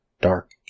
dark